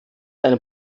eine